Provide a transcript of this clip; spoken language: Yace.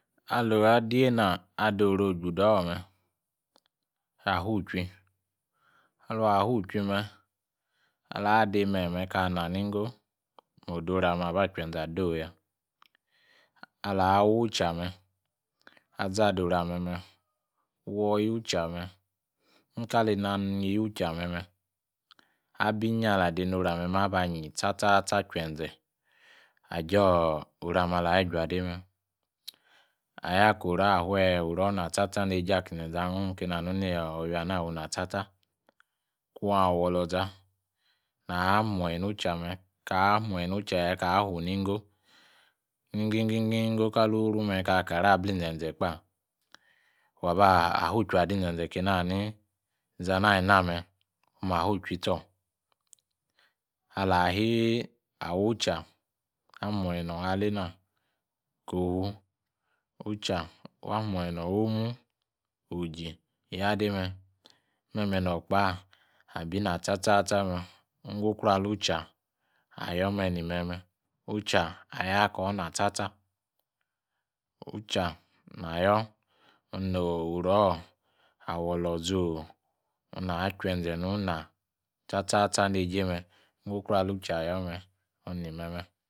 Aloru a' diena ado oro' ojurdor me', afu jui. liui alung a'fulgur me' ala doi ui'many me, akan na ninge, modo oruame alba chmenza adoh ya. Ala uu cha Me, azado orua met met woye lucha me, ika le ni a' yucha nemé abingi ala al de no nia meme'aba Ingi cha cha cha achuenza aja orua me alor ijuade me! ayoor aici erne afhoye, orno ina cha cha akinzeze eze angu net comitang wu na cha cha Kun avo oloza ha ha muanye on cha me kaa muangi nucha ya, kaa muanyi ni ugo, ningi gingo Kali oruơnyi me' aka ka ra bli inzezékpawa ichiriadi in zeza akeini a' ha nini izana aliname, oma fu ichuri cho. Ala iawucha amuang hang aleina, kofu ucha wa muanyi nang omu, oji, yade me' me’ me' nor ekpa, abi na cha cha cha me'. ingi ukruo alucha ayoor me' ni me me'. Ucha ayakor na cha cha. Ucha na yoor no orua, ena chuenze nuna cha cha neje me. Ingi ukruo ali ucha a yoor me', oni ni meme'.